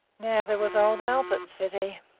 now, there was old albert, said he,